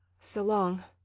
so long.